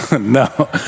No